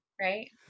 right